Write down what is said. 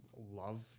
love